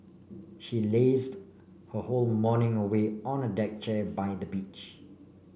she lazed her whole morning away on a deck chair by the beach